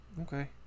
Okay